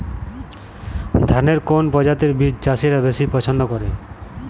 ধানের কোন প্রজাতির বীজ চাষীরা বেশি পচ্ছন্দ করে?